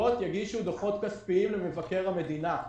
המפלגות יגישו דוחות כספיים למבקר המדינה.